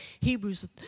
Hebrews